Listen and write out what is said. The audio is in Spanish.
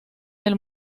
del